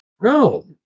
No